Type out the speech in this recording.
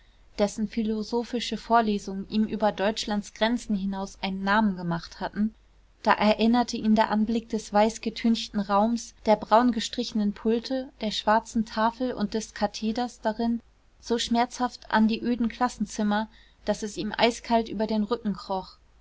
dessen philosophische vorlesungen ihm über deutschlands grenzen hinaus einen namen gemacht hatten da erinnerte ihn der anblick des weißgetünchten raums der braungestrichenen pulte der schwarzen tafel und des katheders darin so schmerzhaft an die öden klassenzimmer daß es ihm eiskalt über den rücken kroch